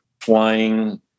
flying